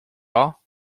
all